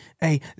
hey